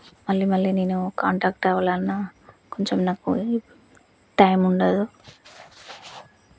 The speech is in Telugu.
మళ్ళీ మళ్ళీ నేను కాంటాక్ట్ అవ్వలన్నా కొంచెం నాకూ ఇప్ టైముండదు